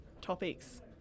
topics